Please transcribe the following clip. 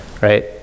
right